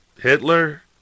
Hitler